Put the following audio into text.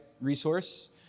resource